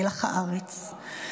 מלח הארץ.